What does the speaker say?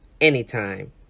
anytime